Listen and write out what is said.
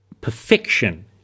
perfection